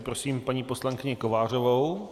Prosím paní poslankyni Kovářovou.